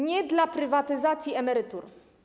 Nie dla prywatyzacji emerytur.